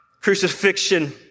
crucifixion